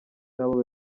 nabo